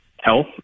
health